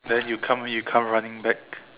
then you come you come running back